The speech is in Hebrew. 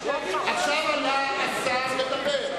עכשיו עלה השר לדבר.